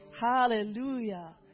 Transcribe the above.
hallelujah